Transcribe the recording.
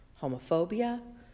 homophobia